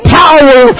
power